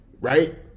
right